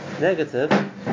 negative